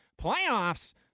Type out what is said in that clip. Playoffs